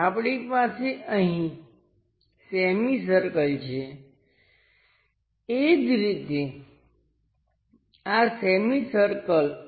તેથી જ્યાં પણ સતત લાઈનો હોય ત્યાં લાગે છે કે ત્યાં કોઈ બહાર નીકળતો અથવા અંદર જતો પદાર્થ હોઈ શકે છે